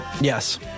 Yes